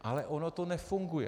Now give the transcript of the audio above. Ale ono to nefunguje.